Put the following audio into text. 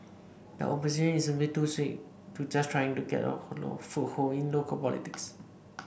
the opposition is simply too sick just trying to get a foothold in local politics